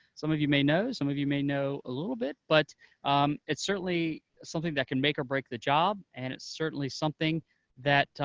some of you may know, some of may know a little bit, but um it's certainly something that can make or break the job, and it's certainly something that,